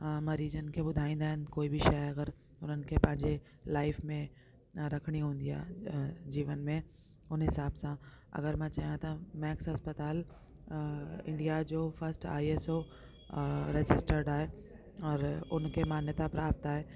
मरीजनि खे ॿुधाईंदा आहिनि कोई बि शइ अगरि हुननि खे पंहिंजे लाइफ में ना रखणी हूंदी आहे जीवन में हुने हिसाब सां अगरि मां चाहियां त मैक्स अस्पताल इंडिया जो फस्ट आईएसओ रजिस्टड आहे और हुनखे मान्यता प्राप्त आहे